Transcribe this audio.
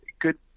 good